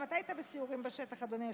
גם אתה היית בסיורים בשטח, אדוני היושב-ראש,